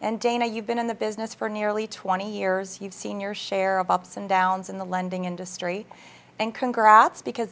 and dana you've been in the business for nearly twenty years you've seen your share of ups and downs in the lending industry and congrats because